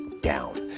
down